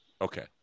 Okay